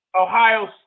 Ohio